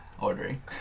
ordering